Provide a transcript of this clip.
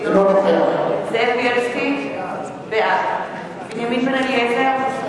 אינו נוכח זאב בילסקי, בעד בנימין בן-אליעזר,